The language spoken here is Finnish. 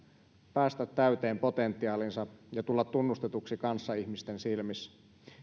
päästä täyteen potentiaaliinsa ja tulla tunnustetuksi kanssaihmisten silmissä